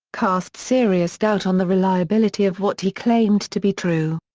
cast serious doubt on the reliability of what he claimed to be true.